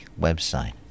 website